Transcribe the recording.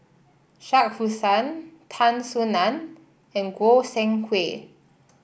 Shah Hussain Tan Soo Nan and Goi Seng Hui